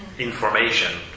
Information